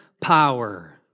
power